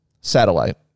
satellite